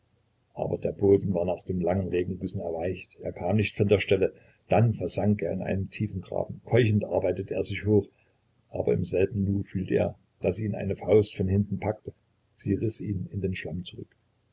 aber der boden war nach den langen regengüssen erweicht er kam nicht von der stelle dann versank er in einen tiefen graben keuchend arbeitete er sich hoch aber im selben nu fühlte er daß ihn eine faust von hinten packte sie riß ihn in den schlamm zurück